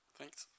Thanks